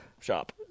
shop